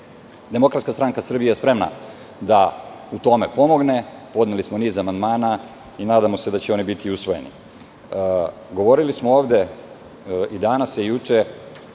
stanja. Demokratska stranka Srbije je spremna da u tome pomogne. Podneli smo niz amandmana i nadamo se da će oni biti usvojeni. Govorili smo ovde i danas i juče,